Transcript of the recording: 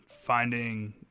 finding